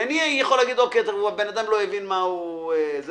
אני יכול להגיד: "האדם לא הבין מה הוא אומר".